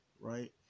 right